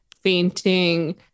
fainting